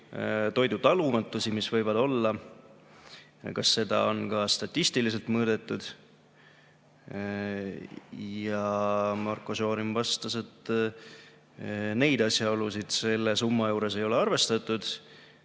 toidutalumatusi, mis neil võivad olla, ning kas seda on ka statistiliselt mõõdetud. Marko Šorin vastas, et neid asjaolusid selle summa puhul ei ole arvestatud.